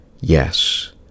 Yes